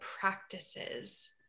practices